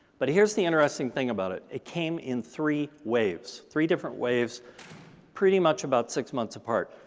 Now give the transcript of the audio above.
but here's the interesting thing about it, it came in three waves, three different waves pretty much about six months apart.